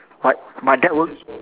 but my dad work